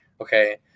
Okay